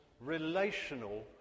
relational